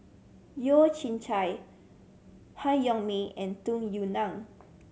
Yeo Chye Han Yong May and Tung Yue Nang